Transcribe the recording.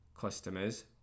customers